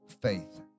faith